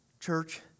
Church